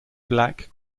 black